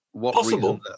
Possible